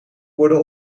worden